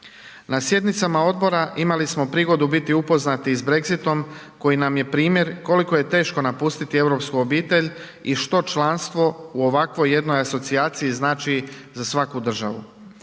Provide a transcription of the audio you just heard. Na sjednicama odbora imali smo prigodu biti upoznati i s Brexitom koji nam je primjer koliko je teško napustiti europsku obitelj i što članstvo u ovakvoj jednoj asocijaciji znači za svaku državu.